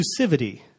exclusivity